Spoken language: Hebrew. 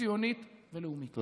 ציונית ולאומית.